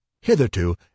Hitherto